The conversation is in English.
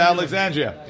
Alexandria